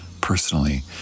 personally